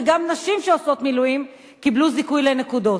וגם נשים שעושות מילואים קיבלו זיכוי לנקודות.